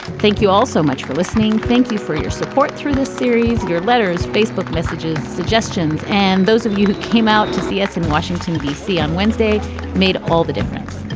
thank you all so much for listening. thank you for your support through the series. your letters, facebook messages, suggestions. and those of you who came out to see us in washington, d c. on wednesday made all the difference.